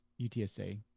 UTSA